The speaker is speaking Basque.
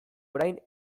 orain